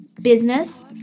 business